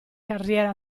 carriera